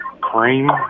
Cream